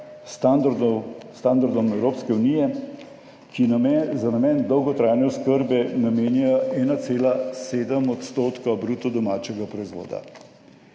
standardom Evropske unije, ki je za namen dolgotrajne oskrbe namenja 1,7 odstotka bruto domačega proizvoda.